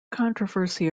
controversy